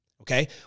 Okay